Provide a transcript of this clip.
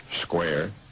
square